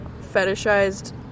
fetishized